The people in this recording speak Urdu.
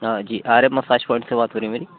ہاں جی آر ایم فسٹ ورلڈ سے بات ہو رہی ہے میری